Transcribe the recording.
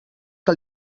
que